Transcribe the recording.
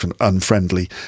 Unfriendly